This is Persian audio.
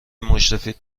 مشرفید